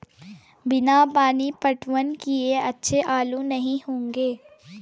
बिना पानी पटवन किए अच्छे आलू नही होंगे